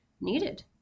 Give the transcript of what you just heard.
needed